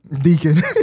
Deacon